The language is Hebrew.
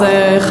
אז חבל,